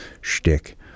shtick